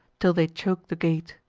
till they choke the gate.